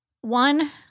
One